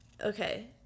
Okay